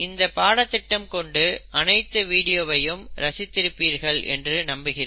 இந்த பாடத்திட்டம் கொண்ட அனைத்து வீடியோவையும் ரசித்திருப்பீர்கள் என்று நம்புகிறேன்